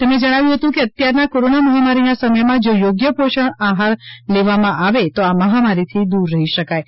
તેમણે જણાવ્યું કેઅત્યારના કોરોના મહામારીના સમયમાં જો યોગ્ય પોષક આહાર લેવામાં આવે તો આ મહામારીથી દૂર રહી શકાય છે